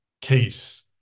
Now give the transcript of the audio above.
case